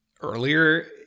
earlier